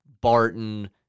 Barton